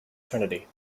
trinity